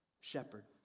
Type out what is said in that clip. shepherd